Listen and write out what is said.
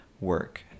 work